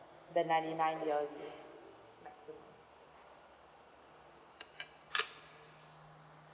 the ninety nine year leasing